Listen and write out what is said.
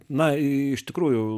na iš tikrųjų